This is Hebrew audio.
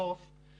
אני